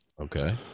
Okay